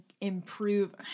improve